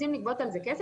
רוצים לגבות על כך כסף.